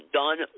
done